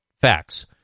facts